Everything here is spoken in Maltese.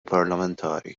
parlamentari